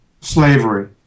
Slavery